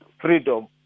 freedom